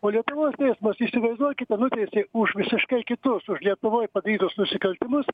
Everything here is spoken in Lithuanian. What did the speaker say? o lietuvos teismas įsivaizduokite nuteisė už visiškai kitus už lietuvoj padarytus nusikaltimus